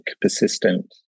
persistent